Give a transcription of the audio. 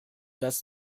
best